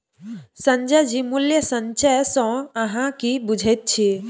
संजय जी मूल्य संचय सँ अहाँ की बुझैत छी?